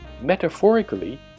metaphorically